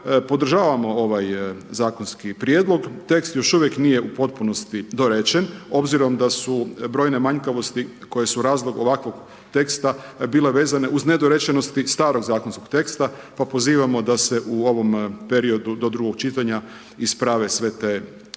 podržavamo ovaj zakonski prijedlog, tekst još uvijek nije u potpunosti dorečen, obzirom da su brojne manjkavosti koje su razlog ovakvog teksta bile vezane uz nedorečenosti starog zakonskog teksta pa pozivamo da se u ovom periodu do drugog čitanja isprave sve te nedorečenosti.